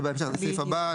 זה בהמשך, בסעיף הבא.